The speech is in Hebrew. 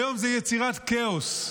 היום זה יצירת כאוס,